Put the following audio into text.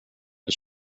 jag